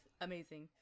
amazing